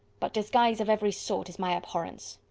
but disguise of every sort is my abhorrence.